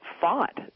fought